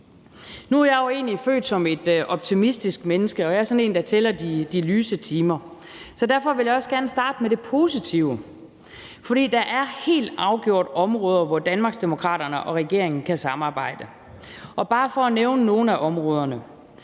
Nu er jeg jo egentlig født som et optimistisk menneske, og jeg er sådan en, der tæller de lyse timer. Så derfor vil jeg også gerne starte med det positive, for der er helt afgjort områder, hvor Danmarksdemokraterne og regeringen kan samarbejde. For bare at nævne nogle af områderne